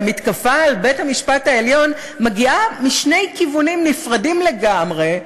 המתקפה על בית-המשפט העליון מגיעה משני כיוונים נפרדים לגמרי,